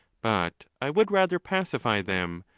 but i would rather pacify them,